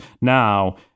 now